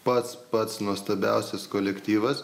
pats pats nuostabiausias kolektyvas